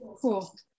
Cool